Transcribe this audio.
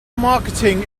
marketing